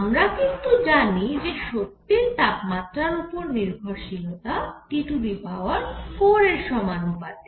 আমরা কিন্তু জানি যে শক্তির তাপমাত্রার উপর নির্ভরশীলতা T4 এর সমানুপাতিক